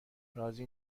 راضی